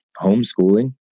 homeschooling